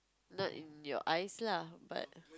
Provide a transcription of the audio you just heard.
not in your eyes lah but